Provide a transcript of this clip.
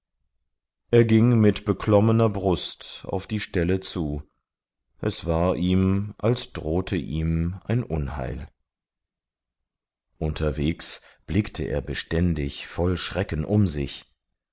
er ging mit beklommener brust auf die stelle zu es war ihm als drohte ihm ein unheil unterwegs blickte er beständig voll schrecken um sich